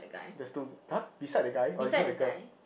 there's two !huh! beside the guy or beside the girl